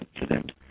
incident